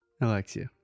Alexia